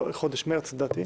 מרץ.